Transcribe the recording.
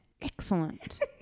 Excellent